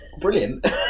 Brilliant